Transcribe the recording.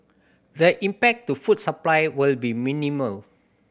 the impact to food supply will be minimal